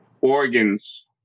organs